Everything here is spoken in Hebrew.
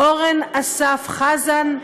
אורן אסף חזן,